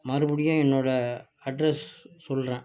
மறுபடியும் என்னோடய அட்ரஸ் சொல்கிறேன்